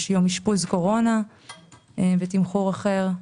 יש יום אשפוז קורונה בתמחור אחר.